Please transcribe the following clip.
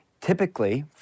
typically